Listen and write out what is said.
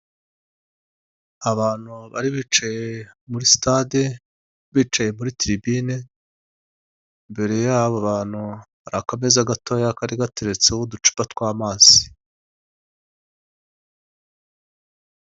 Abantu bari bicaye muri sitade, bicaye muri tiribine, imbere y'abo bantu hari akameza gatoya kari gateretseho uducupa tw'amazi.